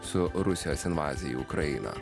su rusijos invazija į ukrainą